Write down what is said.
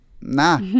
nah